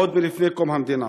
עוד מלפני קום המדינה,